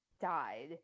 died